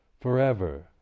forever